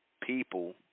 people